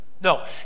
No